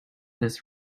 this